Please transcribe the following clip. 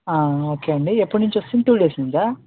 okay అండి ఎప్పటి నుంచి వస్తుంది టూ డేస్ నుంచా